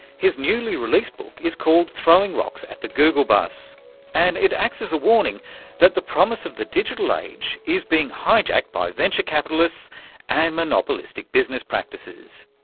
his newly released book is called throwing rocks at the google bus and it acts as a warning that the promise of the digital age is being hijacked by venture capitalists and monopolistic business practices.